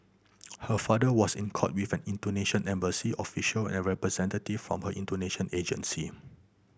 her father was in court with an Indonesian embassy official and a representative from her Indonesian agency